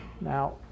Now